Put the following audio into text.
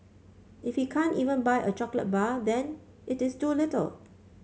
if he can't even buy a chocolate bar then it is too little